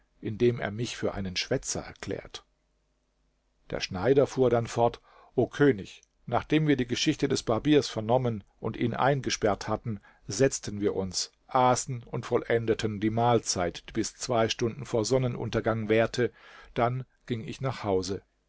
indem er mich für einen schwätzer erklärt der schneider fuhr dann fort o könig nachdem wir die geschichte des barbiers vernommen und ihn eingesperrt hatten setzten wir uns aßen und vollendeten die mahlzeit die bis zwei stunden vor sonnenuntergang währte dann ging ich nach hause